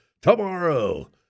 tomorrow